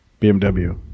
BMW